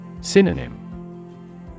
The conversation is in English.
Synonym